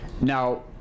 Now